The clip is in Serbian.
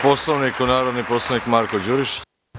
Po Poslovniku, narodni poslanik Marko Đurišić.